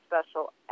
special